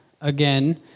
again